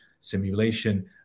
simulation